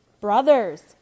brothers